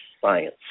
science